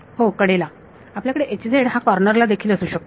हो कडेला आपल्याकडे हा कॉर्नर ला देखील असू शकतो